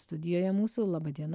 studijoje mūsų laba diena